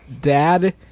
Dad